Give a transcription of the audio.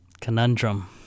conundrum